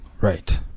Right